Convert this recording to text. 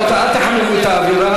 אל תחממו את האווירה,